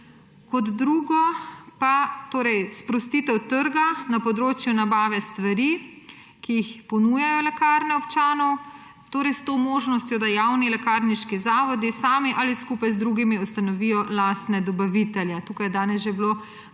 Kot drugo pa torej sprostitev trga na področju nabave stvari, ki jih ponujajo lekarne občanu, torej s to možnostjo, da javni lekarniški zavodi sami ali skupaj z drugimi ustanovijo lastne dobavitelje. Tukaj je bilo danes